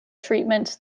treatments